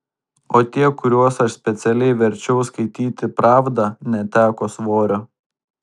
o tie kuriuos aš specialiai verčiau skaityti pravdą neteko svorio